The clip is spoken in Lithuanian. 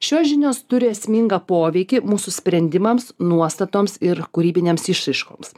šios žinios turi esmingą poveikį mūsų sprendimams nuostatoms ir kūrybinėms išraiškoms